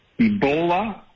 Ebola